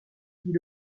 dit